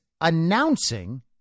announcing